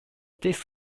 disc